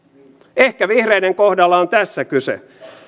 ehkä vihreiden kohdalla on